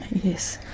yes,